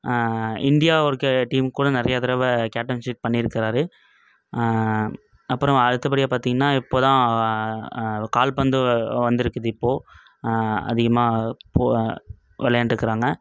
இண்டியாவொரு கே டீம் கூட நிறையா தடவை கேப்டன் ஷிப் பண்ணியிருக்குறார் அப்புறோம் அடுத்தப்படியாக பார்த்திங்கனா இப்போதான் கால்பந்து வந்து வந்துருக்குது இப்போ அதிகமாக இப்போ விளயாண்டு இருக்குறாங்க